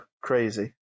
crazy